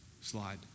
slide